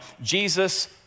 Jesus